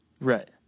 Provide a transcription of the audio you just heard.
Right